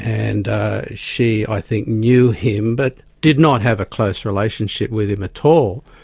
and she, i think, knew him, but did not have a close relationship with him at all,